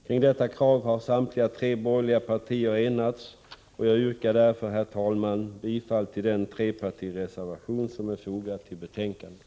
Kring detta krav har samtliga tre borgerliga partier enats, och jag yrkar därför, herr talman, bifall till den trepartireservation som är fogad vid betänkandet.